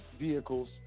vehicles